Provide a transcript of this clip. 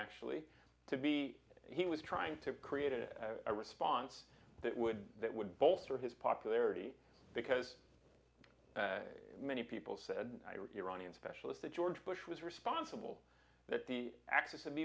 actually to be he was trying to create a response that would that would bolster his popularity because many people said iranian specialist that george bush was responsible that the axis of